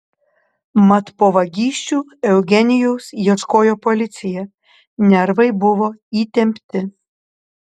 mat po vagysčių eugenijaus ieškojo policija nervai buvo įtempti